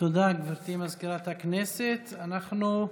הנגשת מוצרי מזון לתינוקות לכל